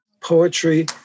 poetry